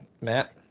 Matt